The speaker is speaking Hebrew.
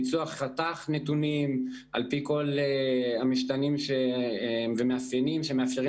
ביצוע חתך נתונים על פי כל המשתנים ומאפיינים שמאפשרים